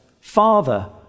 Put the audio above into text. father